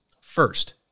First